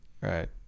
right